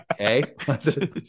Okay